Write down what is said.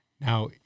Now